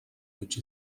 which